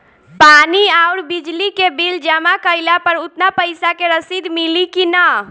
पानी आउरबिजली के बिल जमा कईला पर उतना पईसा के रसिद मिली की न?